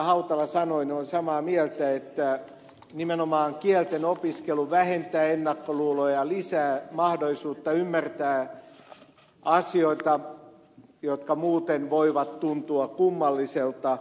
hautala sanoi olen samaa mieltä että nimenomaan kielten opiskelu vähentää ennakkoluuloja lisää mahdollisuutta ymmärtää asioita jotka muuten voivat tuntua kummalliselta